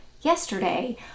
yesterday